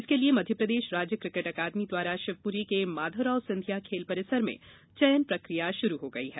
इसके लिए मध्यप्रदेश राज्य क्रिकेट अकादमी द्वारा शिवपुरी के माधवराव सिंधिया खेल परिसर में चयन प्रक्रिया शुरू हो गई है